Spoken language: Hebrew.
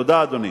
תודה, אדוני.